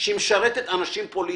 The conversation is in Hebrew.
שמשרתת אנשים פוליטיים.